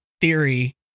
theory